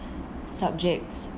subjects